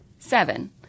Seven